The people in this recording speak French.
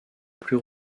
plus